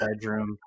bedroom